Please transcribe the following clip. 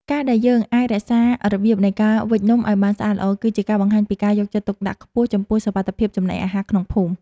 ការដែលយើងអាចរក្សារបៀបនៃការវេចនំឱ្យបានស្អាតល្អគឺជាការបង្ហាញពីការយកចិត្តទុកដាក់ខ្ពស់ចំពោះសុវត្ថិភាពចំណីអាហារក្នុងភូមិ។